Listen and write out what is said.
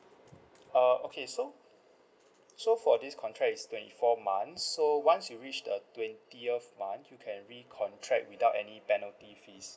uh okay so so for this contract is twenty four months so once you reach the twentieth month you can re contract without any penalty fees